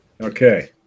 Okay